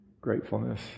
Gratefulness